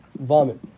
Vomit